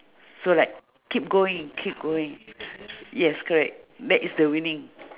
so like keep going keep going yes correct that is the winning